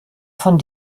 von